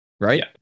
Right